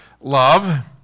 love